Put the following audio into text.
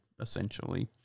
essentially